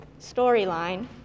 storyline